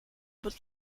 but